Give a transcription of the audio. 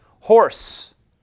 horse